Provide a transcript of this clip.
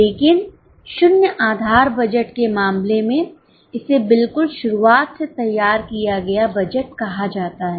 लेकिन शून्य आधार बजट के मामले में इसे बिल्कुल शुरुआत से तैयार किया गया बजट कहा जाता है